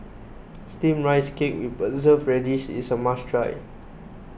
Steamed Rice Cake with Preserved Radish is a must try